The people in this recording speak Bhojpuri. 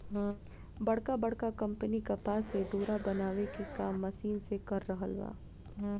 बड़का बड़का कंपनी कपास से डोरा बनावे के काम मशीन से कर रहल बा